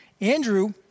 Andrew